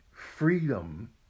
freedom